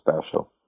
special